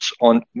on